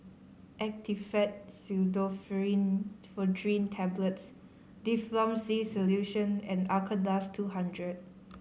Actifed Pseudoephedrine Tablets Difflam C Solution and Acardust two hundred